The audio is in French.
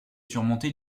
surmonté